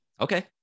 okay